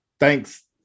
Thanks